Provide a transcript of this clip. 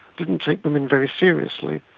didn't take women very seriously,